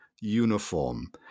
uniform